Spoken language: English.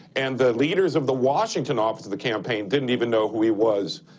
and the leaders of the washington office of the campaign didn't even know who he was.